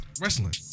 wrestling